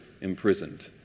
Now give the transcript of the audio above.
imprisoned